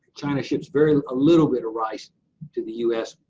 china ships very a little bit of rice to the u s.